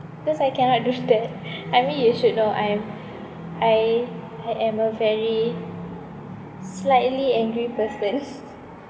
cause I cannot do that I mean you should know I am I ha~ am a very slightly angry person